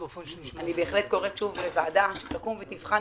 אני בהחלט קוראת שוב לוועדה שתקום ותבחן